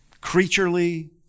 creaturely